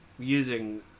using